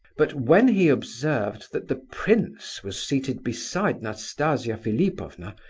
but when he observed that the prince was seated beside nastasia philipovna,